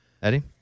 Eddie